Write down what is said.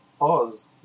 Oz